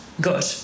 good